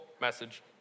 message